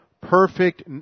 perfect